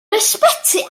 ysbyty